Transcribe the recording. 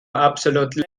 absolut